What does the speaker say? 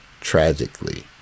tragically